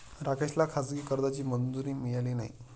राकेशला खाजगी कर्जाची मंजुरी मिळाली नाही